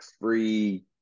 free